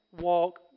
walk